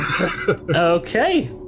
okay